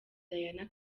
diana